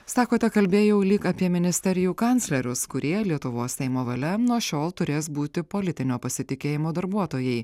sakote kalbėjau lyg apie ministerijų kanclerius kurie lietuvos seimo valia nuo šiol turės būti politinio pasitikėjimo darbuotojai